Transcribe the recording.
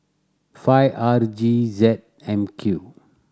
five R G Z M Q